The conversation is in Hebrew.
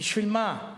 בשביל מה?